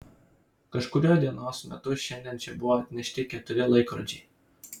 kažkuriuo dienos metu šiandien čia buvo atnešti keturi laikrodžiai